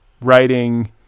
writing